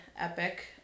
epic